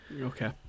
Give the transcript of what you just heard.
okay